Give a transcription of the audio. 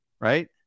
right